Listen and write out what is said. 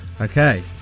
Okay